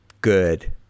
good